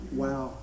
wow